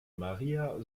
maria